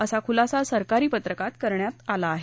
असा खुलासा सरकारी पत्रकात करण्यात आला आहे